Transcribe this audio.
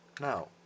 Now